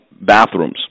bathrooms